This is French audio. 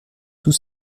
tout